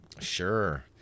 Sure